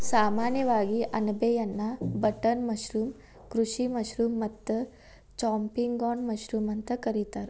ಸಾಮಾನ್ಯವಾಗಿ ಅಣಬೆಯನ್ನಾ button mushroom, ಕೃಷಿ ಮಶ್ರೂಮ್ ಮತ್ತ ಚಾಂಪಿಗ್ನಾನ್ ಮಶ್ರೂಮ್ ಅಂತ ಕರಿತಾರ